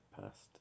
passed